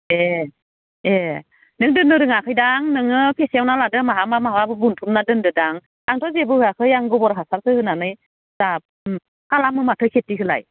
ए ए नों दोननो रोङाखैदां आं नोङो फेसेवना लादो माहा माहाबा बोनथुमना दोन्दोदां आंथ' जेबो होआखै गबर हासार होनानै दा खालामो माथो खिथिखोलाय